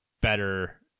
better